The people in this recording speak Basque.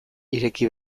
ireki